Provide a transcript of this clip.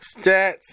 stats